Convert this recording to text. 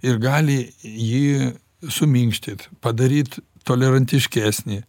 ir gali jį suminkštit padaryt tolerantiškesnį